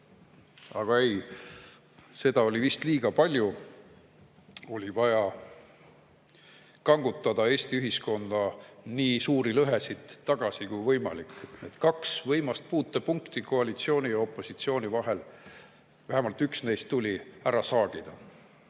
Aga ei, seda oli vist liiga palju. Oli vaja Eesti ühiskonda tagasi kangutada nii suuri lõhesid kui võimalik. Kaks võimast puutepunkti koalitsiooni ja opositsiooni vahel, vähemalt üks neist tuli ära saagida. Siin